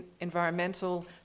environmental